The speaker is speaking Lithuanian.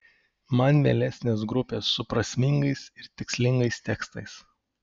man mielesnės grupės su prasmingais ir tikslingais tekstais